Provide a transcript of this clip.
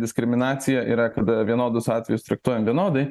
diskriminacija yra kada vienodus atvejus traktuojam vienodai